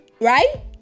right